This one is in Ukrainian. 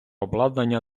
обладнання